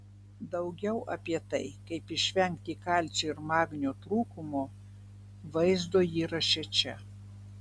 daugiau apie tai kaip išvengti kalcio ir magnio trūkumo vaizdo įraše čia